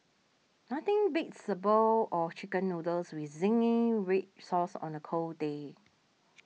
nothing beats a bowl of Chicken Noodles with Zingy Red Sauce on a cold day